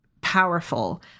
powerful